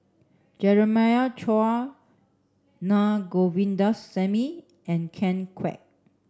Jeremiah Choy Naa Govindasamy and Ken Kwek